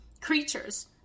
creatures